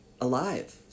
alive